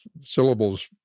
syllables